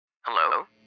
Hello